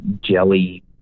jelly